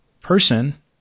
person